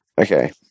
okay